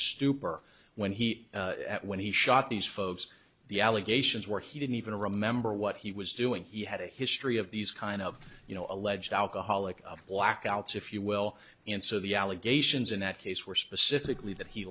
stupor when he when he shot these folks the allegations were he didn't even remember what he was doing he had a history of these kind of you know alleged alcoholic blackouts if you will and so the allegations in that case were specifically that he